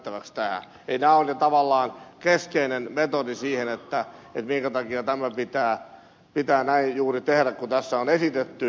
eli nämä ovat tavallaan ne keskeiset metodit siihen minkä takia tämä pitää näin juuri tehdä kuin tässä on esitetty